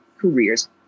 careers